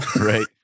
Right